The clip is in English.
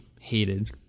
hated